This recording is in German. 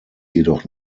jedoch